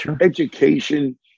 education